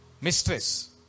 mistress